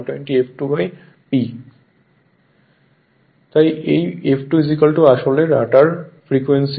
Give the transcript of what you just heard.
অর্থাৎ এই F2 আসলে রোটার ফ্রিকোয়েন্সি